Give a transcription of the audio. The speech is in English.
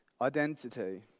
identity